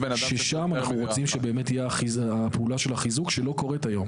ששם אנחנו רוצים שבאמת תהיה הפעולה של החיזוק שלא קורת היום.